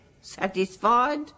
Satisfied